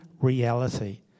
reality